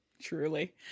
truly